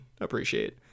appreciate